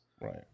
Right